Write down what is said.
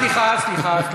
סליחה, סליחה, סליחה,